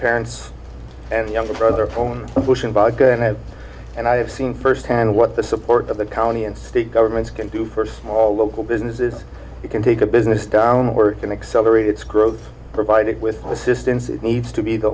parents and younger brother phone and i have seen first hand what the support of the county and state governments can do for small local businesses you can take a business down where it can accelerate its growth provide it with assistance it needs to be the